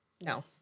No